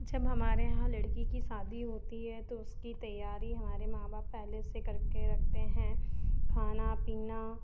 जब हमारे यहाँ लड़की की शादी होती है तो उसकी तैयारी हमारे माँ बाप पहले से करके रखते हैं खाना पीना